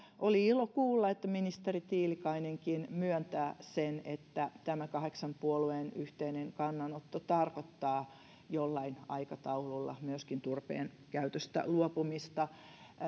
oli ilo kuulla että ministeri tiilikainenkin myöntää sen että tämä kahdeksan puolueen yhteinen kannanotto tarkoittaa jollain aikataululla myöskin turpeen käytöstä luopumista